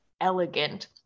elegant